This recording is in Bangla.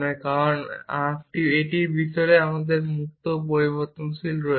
কারণ এটির ভিতরে একটি মুক্ত পরিবর্তনশীল রয়েছে